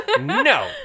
No